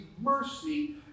Mercy